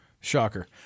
Shocker